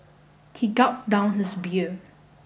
he gulped down his beer